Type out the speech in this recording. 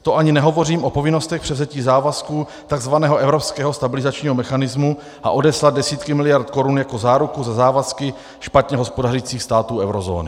To ani nehovořím o povinnostech převzetí závazku takzvaného evropského stabilizačního mechanismu odeslat desítky miliard korun jako záruku za závazky špatně hospodařících států eurozóny.